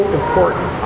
important